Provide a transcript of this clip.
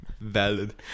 Valid